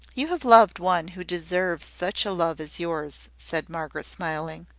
you have loved one who deserves such a love as yours, said margaret, smiling.